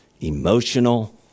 emotional